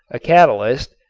a catalyst,